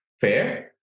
fair